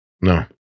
no